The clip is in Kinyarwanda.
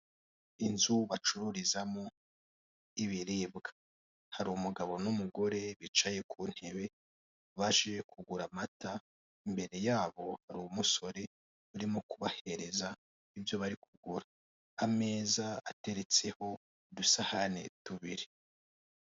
Inzu bacururizamo ibiribwa hari umugabo n'umugore bicaye ku ntebe baje kugura amata, imbere yabo hari umusore urimo kubahereza ibyo bari kugura ameza ateretseho udusahane tubiri.